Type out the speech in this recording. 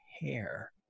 hair